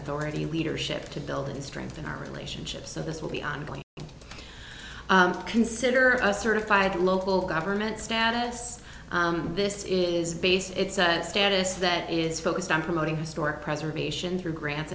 authority leadership to build and strengthen our relationship so this will be ongoing consider us certified local government status this is base it's a status that is focused on promoting historic preservation for grants